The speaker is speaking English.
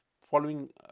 following